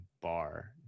bar